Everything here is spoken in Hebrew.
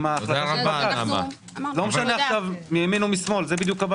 לא משנה אם ימין או משמאל.